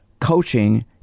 coaching